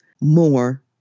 more